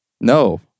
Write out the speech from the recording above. No